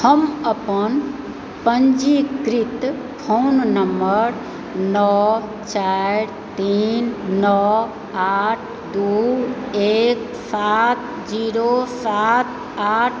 हम अपन पञ्जीकृत फोन नम्बर नओ चारि तीन नओ आठ दू एक सात जीरो सात आठ